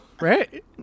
right